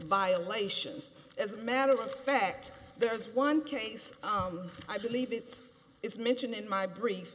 violations as a matter of fact there's one case i believe it's it's mentioned in my brief